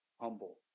humble